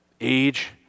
age